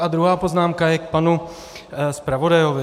A druhá poznámka je k panu zpravodaji.